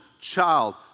child